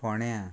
फोण्यां